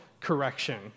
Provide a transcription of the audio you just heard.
correction